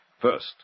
First